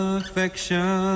affection